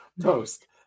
toast